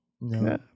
No